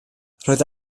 roedd